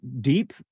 deep